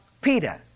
Peter